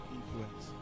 Influence